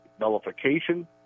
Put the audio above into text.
nullification